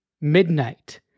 Midnight